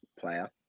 player